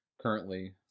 currently